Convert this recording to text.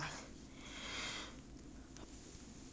I think 是 plus bah